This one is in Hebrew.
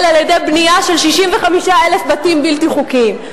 על-ידי בנייה של 65,000 בתים בלתי חוקיים.